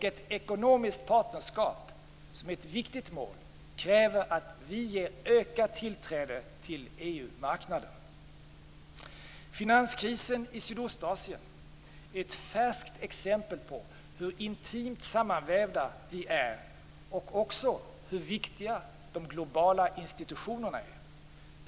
Ett ekonomiskt partnerskap som är ett viktigt mål kräver att vi ger ökat tillträde till EU Finanskrisen i Sydostasien är ett färskt exempel på hur intimt sammanvävda vi är och också hur viktiga de globala institutionerna är.